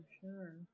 sure